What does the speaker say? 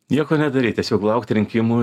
nieko nedaryt tiesiog laukt rinkimų